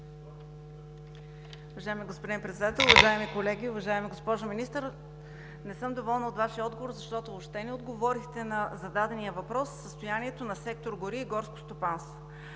Уважаеми господин Председател, уважаеми колеги! Уважаема госпожо Министър, не съм доволна от Вашия отговор, защото въобще не отговорихте на зададения въпрос за състоянието на сектор „Гори и горско стопанство“.